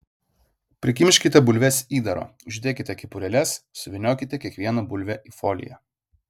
prikimškite bulves įdaro uždėkite kepurėles suvyniokite kiekvieną bulvę į foliją